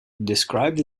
described